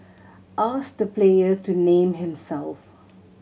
ask the player to name himself